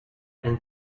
and